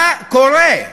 מה קורה?